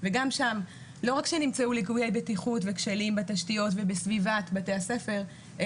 וגם שם לא רק שנמצאו ליקויי בטיחות וכשלים בתשתיות ובסביבת בתי הספר,